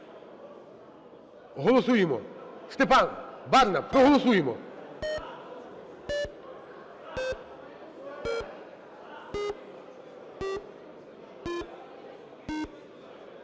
Голосуємо. Степан, Барна, проголосуємо.